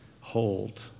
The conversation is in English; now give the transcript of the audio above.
hold